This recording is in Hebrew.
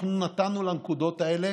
אנחנו נתנו לנקודות האלה